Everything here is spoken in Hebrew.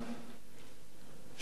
שפתאום,